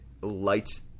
lights